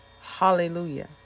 hallelujah